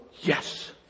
yes